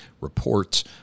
reports